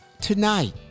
tonight